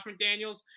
McDaniels